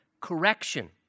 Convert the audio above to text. correction